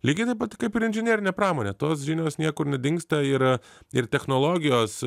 lygiai taip pat kaip ir inžinerinė pramonė tos žinios niekur nedingsta yra ir technologijos